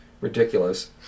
ridiculous